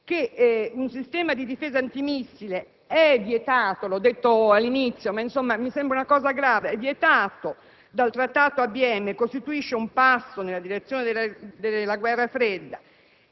che un sistema di difesa antimissile è vietato - l'ho detto all'inizio, la ritengo una cosa grave - dal Trattato ABM e costituisce un passo nella direzione della guerra fredda,